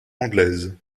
anglaise